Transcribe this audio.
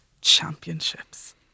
Championships